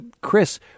Chris